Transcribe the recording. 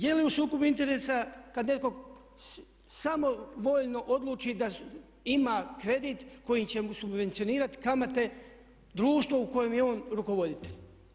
Je li u sukobu interesa kad netko samovoljno odluči da ima kredit koji će mu subvencionirati kamate društvo u kojem je on rukovoditelj?